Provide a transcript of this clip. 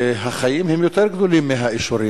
והחיים הם יותר גדולים מהאישורים,